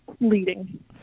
leading